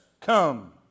come